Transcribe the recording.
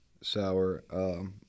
sour